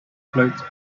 floats